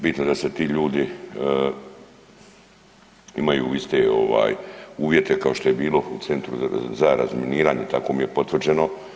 Bitno da ti ljudi imaju iste uvjete kao što je bilo u Centru za razminiranje, tako mi je potvrđeno.